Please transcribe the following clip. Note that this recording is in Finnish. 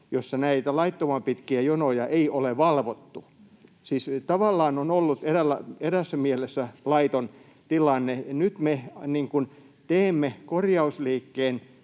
joissa näitä laittoman pitkiä jonoja ei ole valvottu — siis tavallaan on ollut eräässä mielessä laiton tilanne. Nyt me teemme korjausliikkeen,